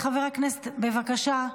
חבר הכנסת אזולאי, בבקשה.